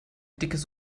dickes